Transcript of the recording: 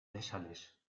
lächerlich